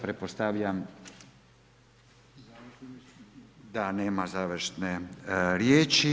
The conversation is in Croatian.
Pretpostavljam da nema završne riječi.